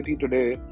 today